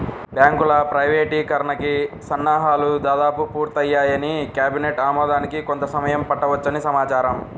బ్యాంకుల ప్రైవేటీకరణకి సన్నాహాలు దాదాపు పూర్తయ్యాయని, కేబినెట్ ఆమోదానికి కొంత సమయం పట్టవచ్చని సమాచారం